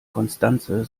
constanze